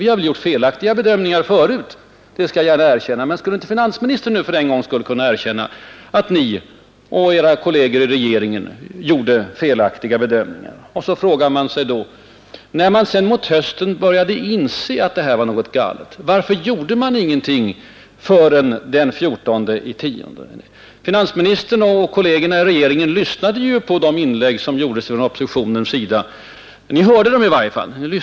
Vi har kanske gjort felaktiga bedömningar förut — det skall jag gärna erkänna. Men skulle inte finansministern för en gångs skull kunna erkänna att ni och era kolleger i regeringen har haft fel? Och trots att man mot hösten måste ha börjat inse att något var galet gjordes ingenting förrän den 14 oktober. Finansministern och kollegerna i regeringen måste ju ha hört de inlägg som gjordes från oppositionen i juli, i augusti och i september.